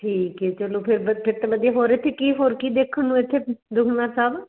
ਠੀਕ ਏ ਚਲੋ ਫਿਰ ਦਾ ਫਿਰ ਅਤੇ ਵਧੀਆ ਹੋਰ ਇੱਥੇ ਕੀ ਹੋਰ ਕੀ ਦੇਖਣ ਨੂੰ ਇੱਥੇ ਦੁਖਨਿਵਾਰਨ ਸਾਹਿਬ